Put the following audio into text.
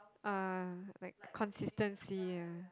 uh like consistency ya